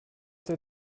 der